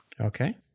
okay